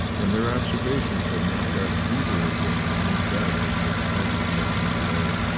and their observations had not left either of them in any doubt as to how the land lay.